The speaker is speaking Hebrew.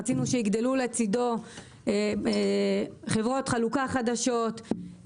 רצינו שיגדלו לצידו חברות חלוקה חדשות.